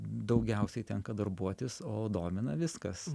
daugiausiai tenka darbuotis o domina viskas